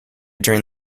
during